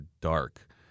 dark